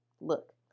Look